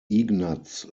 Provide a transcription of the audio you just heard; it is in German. ignaz